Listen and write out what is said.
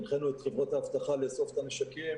הנחינו את חברות האבטחה לאסוף את הנשקים